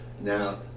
Now